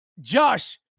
Josh